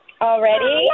already